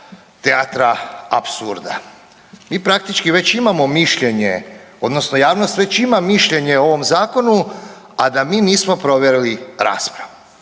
teatra apsurda. Mi praktički imamo mišljenje, odnosno javnost već ima mišljenje o ovom zakonu, a da mi nismo proveli raspravu.